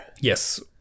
Yes